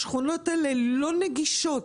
השכונות האלה לא נגישות.